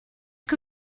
que